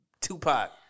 Tupac